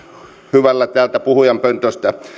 hyvällä täältä puhujapöntöstä